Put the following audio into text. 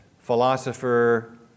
philosopher